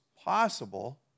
possible